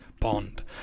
Bond